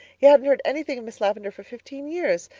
he hadn't heard anything of miss lavendar for fifteen years.